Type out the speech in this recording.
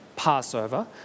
Passover